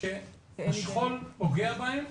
שהשכול פוגע בהם,